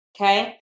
Okay